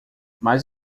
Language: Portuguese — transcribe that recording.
mas